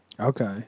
Okay